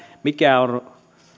mikä on